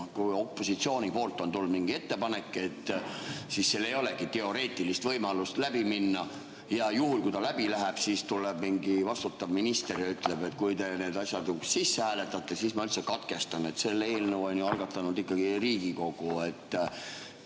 kui opositsiooni poolt on tulnud mingi ettepanek, siis sellel ei olegi teoreetiliselt võimalust läbi minna. Ja juhul, kui ta läbi läheb, siis tuleb mingi vastutav minister ja ütleb, et kui te need asjad sisse hääletate, siis ma üldse katkestan. Selle eelnõu on ju algatanud ikkagi Riigikogu.